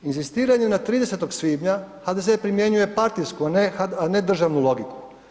Inzistiranju na 30. svibnja HDZ primjenjuje partijsku, a ne državnu logiku.